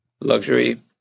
luxury